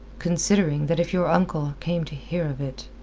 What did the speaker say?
considering that if your uncle came to hear of it.